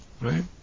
right